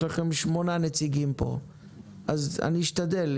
יש לכם שמונה נציגים פה אז אשתדל.